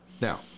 now